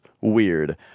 weird